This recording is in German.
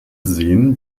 sehen